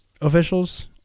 officials